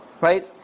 Right